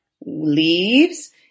Leaves